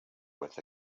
with